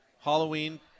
Halloween